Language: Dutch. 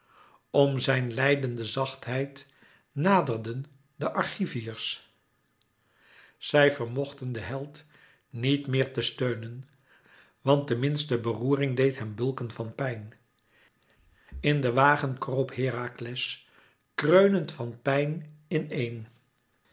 om zijn lijdende zachtheid naderden de argiviërs zij vermochten den held niet meer te steunen want de minste beroering deed hem bùlken van pijn in den wagen kroop herakles kreunend van pijn in een